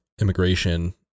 immigration